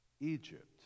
Egypt